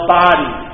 body